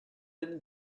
and